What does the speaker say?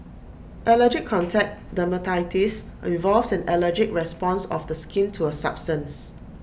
allergic contact dermatitis involves an allergic response of the skin to A substance